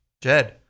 jed